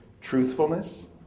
Truthfulness